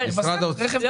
דהיינו, לא